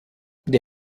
the